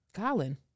Colin